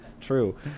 true